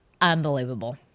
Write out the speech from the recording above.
Unbelievable